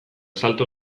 salto